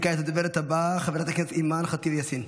כעת הדוברת הבאה, חברת הכנסת אימאן ח'טיב יאסין,